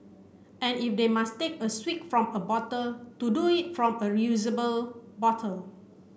and if they must take a swig from a bottle to do it from a reusable bottle